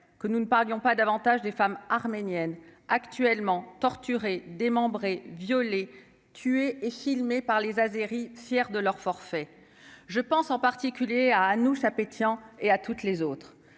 que nous ne parlions pas davantage des femmes arméniennes actuellement torturés, démembrés violée, tuée et filmés par les Azéris fiers de leur forfait, je pense en particulier à Anoucha pétillant et à toutes les autres